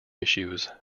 issues